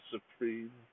Supreme